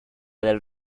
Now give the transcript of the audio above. del